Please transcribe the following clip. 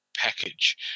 Package